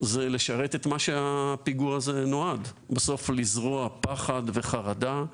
זה לשרת את מה שהפיגוע הזה נועד: בסוף לזרוע פחד וחרדה.